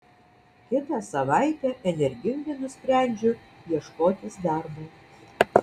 kitą savaitę energingai nusprendžiu ieškotis darbo